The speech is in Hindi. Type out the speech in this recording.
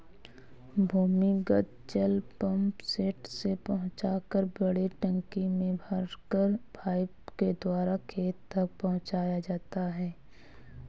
भूमिगत जल पम्पसेट से पहुँचाकर बड़े टंकी में भरकर पाइप के द्वारा खेत तक पहुँचाया जाता है